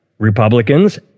republicans